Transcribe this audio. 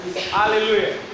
Hallelujah